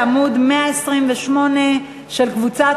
של קבוצת